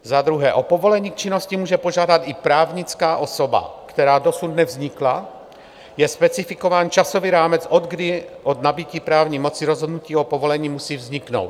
Za druhé, o povolení k činnosti může požádat i právnická osoba, která dosud nevznikla, je specifikován časový rámec od kdy od nabytí právní moci rozhodnutí o povolení musí vzniknout.